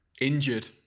Injured